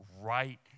right